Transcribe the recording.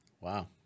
Wow